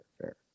fair